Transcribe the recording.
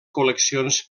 col·leccions